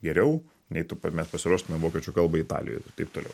geriau nei mes pasiruoštume vokiečių kalbą italijoj ir taip toliau